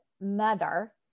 mother